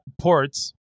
ports